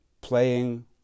playing